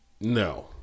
No